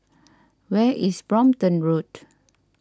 where is Brompton Road